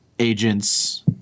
Agents